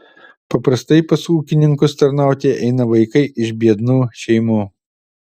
paprastai pas ūkininkus tarnauti eina vaikai iš biednų šeimų